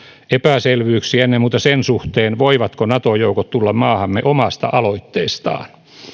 epäselvyyksiä ennen muuta sen suhteen voivatko nato joukot tulla maahamme omasta aloitteestaan